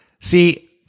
See